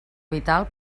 vital